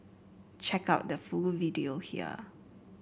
check out the full video here